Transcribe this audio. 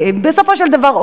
בסופו של דבר,